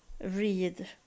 read